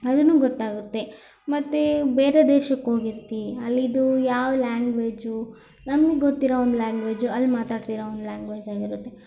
ಅದೂ ಗೊತ್ತಾಗುತ್ತೆ ಮತ್ತೆ ಬೇರೆ ದೇಶಕ್ಕೆ ಹೋಗಿರ್ತಿ ಅಲ್ಲಿದು ಯಾವ ಲ್ಯಾಂಗ್ವೇಜು ನಮ್ಗೆ ಗೊತ್ತಿರೊ ಒಂದು ಲ್ಯಾಂಗ್ವೇಜ್ ಅಲ್ಲಿ ಮಾತಾಡ್ತಿರೊ ಒಂದು ಲ್ಯಾಂಗ್ವೇಜ್ ಆಗಿರುತ್ತೆ